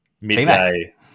midday